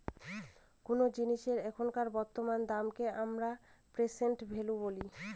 কোনো জিনিসের এখনকার বর্তমান দামকে আমরা প্রেসেন্ট ভ্যালু বলি